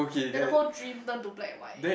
then the whole dream turned to black and white